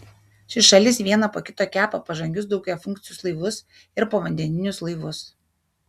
ši šalis vieną po kito kepa pažangius daugiafunkcius laivus ir povandeninius laivus